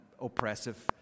oppressive